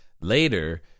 later